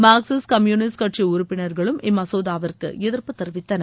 Marxist communist கட்சி உறுப்பினர்களும் இம்மசோதாவிற்கு எதிர்ப்பு தெரிவித்தனர்